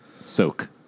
Soak